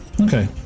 Okay